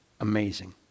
amazing